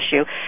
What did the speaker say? issue